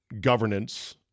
governance